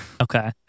Okay